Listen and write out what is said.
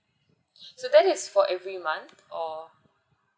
so that is for every month or